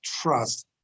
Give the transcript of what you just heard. trust